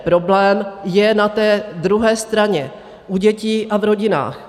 Problém je na té druhé straně, u dětí a v rodinách.